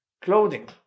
clothing